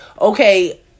okay